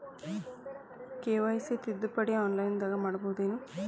KYC ತಿದ್ದುಪಡಿ ಆನ್ಲೈನದಾಗ್ ಮಾಡ್ಬಹುದೇನು?